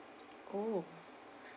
oh